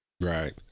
Right